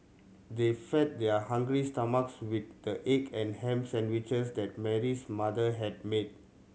they fed their hungry stomachs with the egg and ham sandwiches that Mary's mother had made